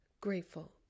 grateful